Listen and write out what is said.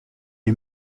est